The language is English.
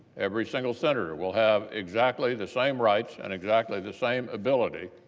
every single senator will have exactly the same rights and exactly the same ability